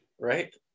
right